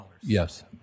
Yes